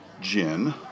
gin